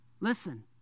Listen